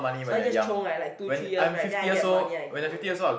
so I just chiong right like two three years right then I get the money I go already